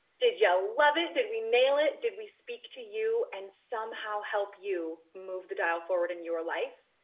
did you yeah ah love it? did we nail it? did we speak to you and somehow help you move the dial forward in your life?